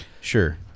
Sure